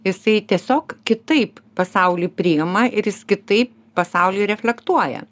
jisai tiesiog kitaip pasaulį priima ir jis kitaip pasaulį reflektuoja